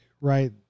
right